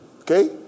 Okay